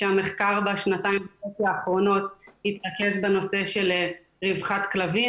כשהמחקר בשנתיים האחרונות התרכז בנושא של רווחת כלבים